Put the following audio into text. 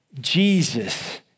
Jesus